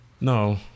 No